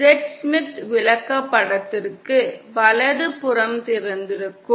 Z Smith விளக்கப்படத்திற்கு வலது புறம் திறந்திருக்கும்